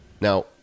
Now